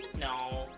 no